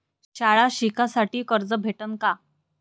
शाळा शिकासाठी कर्ज भेटन का?